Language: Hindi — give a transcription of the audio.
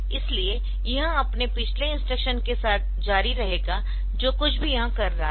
इसलिए यह अपने पिछले इंस्ट्रक्शन के साथ जारी रहेगा जो कुछ भी यह कर रहा था